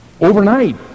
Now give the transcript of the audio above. overnight